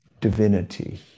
divinity